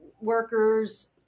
workers